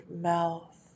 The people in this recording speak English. mouth